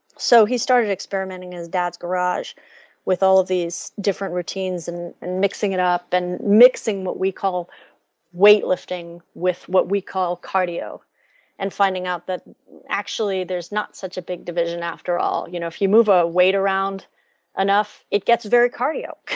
so he started experimenting his dad's garage with all of these different routines and and mixing it up and mixing what we call weightlifting with what we call cardio and finding out that actually there is not such a big division after all. you know if you move a weight around enough, it gets very cardio.